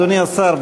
אדוני השר,